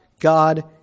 God